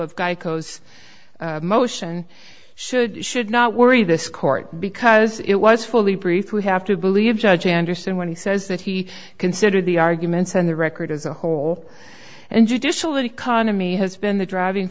of guy caus motion should should not worry this court because it was fully briefed we have to believe judge anderson when he says that he considered the arguments on the record as a whole and judicial economy has been the driving